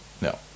No